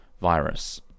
virus